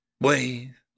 Wave